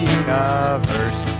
universe